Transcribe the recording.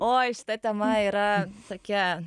oi šita tema yra tokia